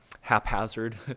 haphazard